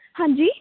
ਹਾਂਜੀ